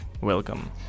welcome